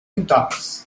conducts